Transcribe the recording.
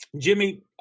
Jimmy